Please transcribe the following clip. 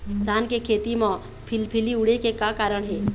धान के खेती म फिलफिली उड़े के का कारण हे?